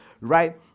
right